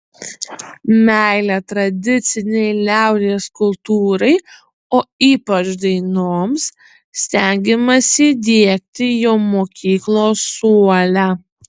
meilę tradicinei liaudies kultūrai o ypač dainoms stengiamasi diegti jau mokyklos suole